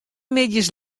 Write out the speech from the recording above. middeis